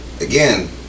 Again